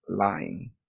lying